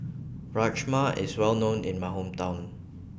Rajma IS Well known in My Hometown